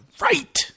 right